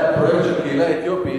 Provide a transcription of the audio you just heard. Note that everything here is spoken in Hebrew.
היה פרויקט לקהילה האתיופית.